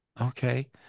Okay